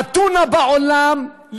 הטונה בעולם,